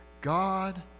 God